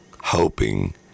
hoping